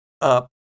up